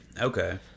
okay